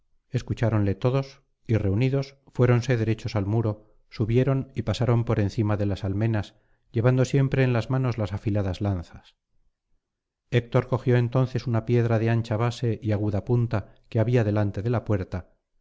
escucháronle todos y reunidos fuéronse derechos al muro subieron y pasaron por encima de las almenas llevando siempre en las manos las afiladas lanzas héctor cogió entonces una piedra de ancha base y aguda punta que había delante de la puerta